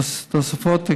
תוספות תקציב,